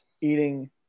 eating